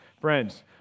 Friends